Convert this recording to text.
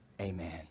Amen